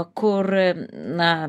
kur na